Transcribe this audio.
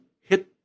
hit